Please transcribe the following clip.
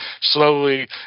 slowly